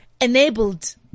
enabled